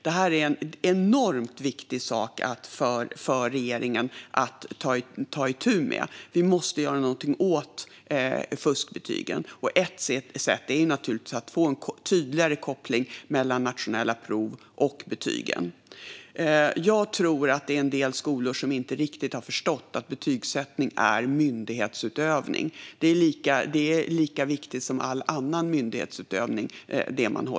Detta är en enormt viktig sak för regeringen att ta itu med. Vi måste göra något åt fuskbetygen. Ett sätt är att få en tydligare koppling mellan betyg och nationella prov. Jag tror att det är en del skolor som inte riktigt har förstått att betygsättning är myndighetsutövning. Det man håller på med är lika viktigt som all annan myndighetsutövning.